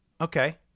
okay